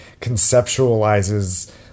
conceptualizes